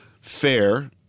FAIR